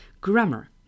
grammar